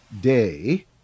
day